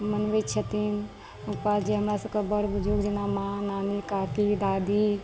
मनबै छथिन उपाय जे हमरा सबके बड़ बुजुर्ग जेना माँ नानी काकी दादी